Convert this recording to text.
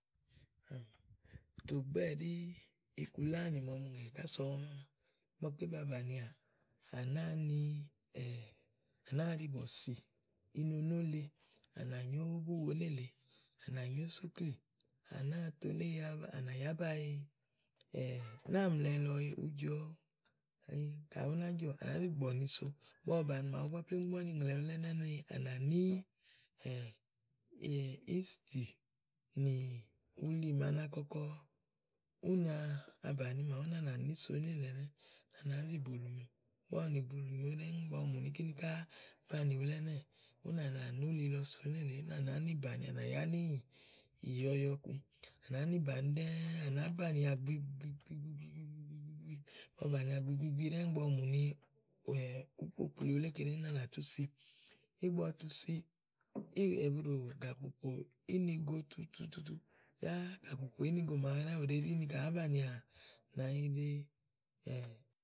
tògbɛ́ɛ̀ ɖí iku lá nì màa ɔmi ŋè kása ɔmi ígbɔké ba bànià, à nàáa ni à nàáa ɖi bɔ̀sì inonó le, à nà nyó búwo nélèe, à nà nyo súklì à nàáa to oné ya à nà yá báe náàmlɛ lɔe ùú jɔ, kàyi ú ná jɔ̀ à nàá zi gbùgbɔ̀ nyo sú, ígbɔ ɔwɔ bàni màawu búá plémú ígbɔ úni ŋlɛ̀ wulé ɛnɛ́ úni à nà ní ístì nì uli màa na kɔkɔ ú na bàni màawu úni à nà níso nélèe ɛnɛ́ úni à nàá zi bulù nyo, ígbɔ ɔwɔ nì bulùnyo ɖɛ́ɛ́ ígbɔ ɔwɔ mù ni níki níká àá banìi wulé ɛnɛ́ɛ̀ úni à nà ní ulí lɔ so nélèe úni à nàá nì bàni úni a nàyá ní ìyɔyɔ ku à nàá ni bàni ɖɛ́ɛ́ à nàá banìià gbigbi gbi gbi gbi gbi, ígbɔ ɔwɔ bànià gbi gbi gbi ɖɛ́ɛ́ ígbɔ ɔwɔ mù ni wòó kpokplìi wulé keɖeŋu úni à nàtú si. ígbɔ ɔwɔ tu si ee gbù ɖó gàpòpò ínigo tutuututu yá gápòpò ínìgo màaɖu yó ù ɖèe ɖi ni ka àá banìinànyiɖe ee.